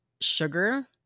sugar